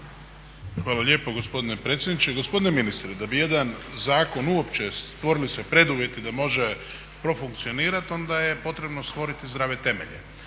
Hvala lijepo gospodine predsjedniče. Gospodine ministre da bi jedan zakon uopće stvorili se preduvjeti da može profunkcionirati onda je potrebno stvoriti zdrave temelje.